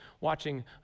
watching